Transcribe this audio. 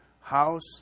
house